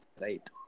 right